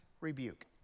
rebuke